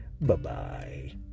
Bye-bye